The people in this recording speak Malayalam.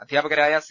അധ്യാപകരായ സി